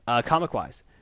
comic-wise